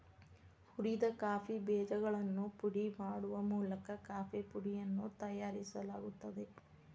ಹುರಿದ ಕಾಫಿ ಬೇಜಗಳನ್ನು ಪುಡಿ ಮಾಡುವ ಮೂಲಕ ಕಾಫೇಪುಡಿಯನ್ನು ತಯಾರಿಸಲಾಗುತ್ತದೆ